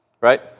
right